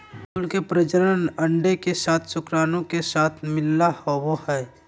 फूल के प्रजनन अंडे के साथ शुक्राणु के साथ मिलला होबो हइ